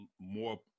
more